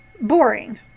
boring